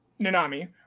Nanami